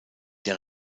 der